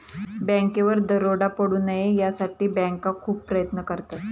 बँकेवर दरोडा पडू नये यासाठी बँका खूप प्रयत्न करतात